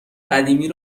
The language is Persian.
قدیمی